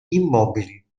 immobili